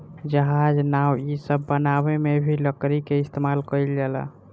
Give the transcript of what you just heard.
जहाज, नाव इ सब बनावे मे भी लकड़ी क इस्तमाल कइल जाला